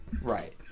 right